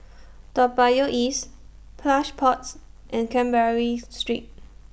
Toa Payoh East Plush Pods and Canberra Street